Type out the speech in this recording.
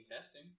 Testing